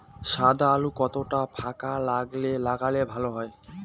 সাদা আলু কতটা ফাকা লাগলে ভালো হবে?